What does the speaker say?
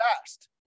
fast